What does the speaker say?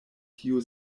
tiu